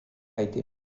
été